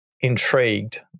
intrigued